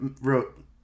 wrote